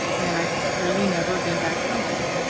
and i've really never been back home.